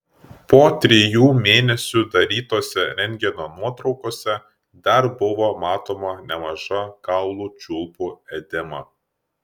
po trijų mėnesių darytose rentgeno nuotraukose dar buvo matoma nemaža kaulų čiulpų edema